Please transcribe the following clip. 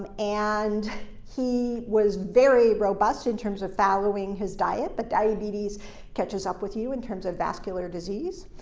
and he was very robust in terms of following his diet, but diabetes catches up with you in terms of vascular disease.